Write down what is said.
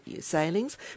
sailings